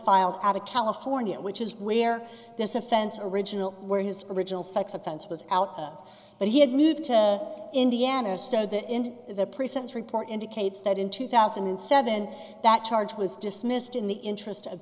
filed out of california which is where this offense original where his original sex offense was out of but he had moved to indiana so the in the present report indicates that in two thousand and seven that charge was dismissed in the interest of